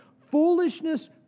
Foolishness